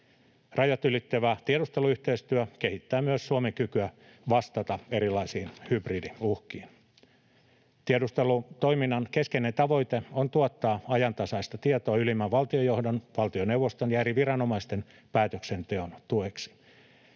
Rajat ylittävä tiedusteluyhteistyö kehittää myös Suomen kykyä vastata erilaisiin hybridiuhkiin. Tiedustelutoiminnan keskeinen tavoite on tuottaa ajantasaista tietoa ylimmän valtiojohdon, valtioneuvoston ja eri viranomaisten päätöksenteon tueksi.